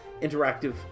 interactive